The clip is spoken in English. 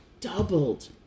doubled